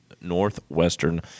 Northwestern